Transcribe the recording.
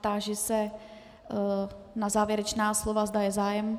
Táži se na závěrečná slova, zda je zájem.